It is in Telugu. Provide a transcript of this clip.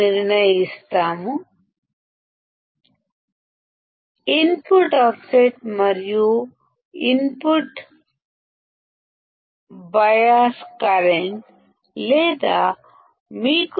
ఇచ్చిన ఇన్పుట్ ఆఫ్ సెట్ మరియు ఇన్పుట్ బయాస్ కరెంట్ విలువలతో